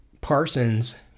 Parsons